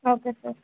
okay sir